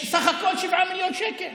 סך הכול 7 מיליון שקל.